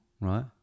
Right